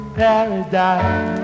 paradise